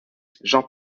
jean